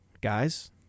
guys